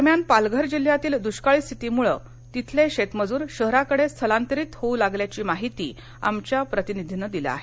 दरम्यान पालघर जिल्ह्यातील दृष्काळी स्थितीमुळं तिथले शेतमजूर शहराकडे स्थलांतरीत होऊ लागल्याची माहिती आमच्या प्रतिनिधीनं दिली आहे